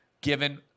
given